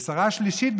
ושרה שלישית,